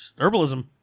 herbalism